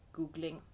Googling